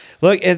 look